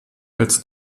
als